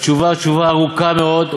התשובה תשובה ארוכה מאוד,